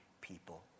people